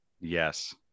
Yes